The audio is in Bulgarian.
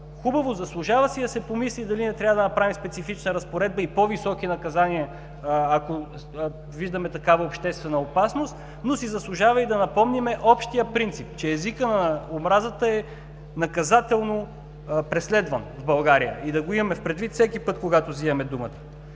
Хубаво! Заслужава си да се помисли дали не трябва да направим специфична разпоредба и по-високи наказания, ако виждаме такава обществена опасност, но си заслужава и да напомним общия принцип – че езикът на омразата е наказателно преследване в България, и да го имаме предвид всеки път, когато взимаме думата.